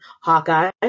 Hawkeye